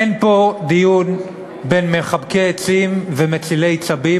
אין פה דיון בין מחבקי עצים ומצילי צבים